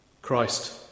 Christ